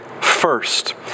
First